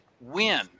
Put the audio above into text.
win